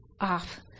off